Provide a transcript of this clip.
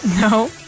No